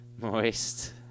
Moist